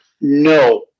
no